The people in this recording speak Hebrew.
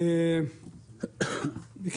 בבקשה.